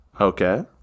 Okay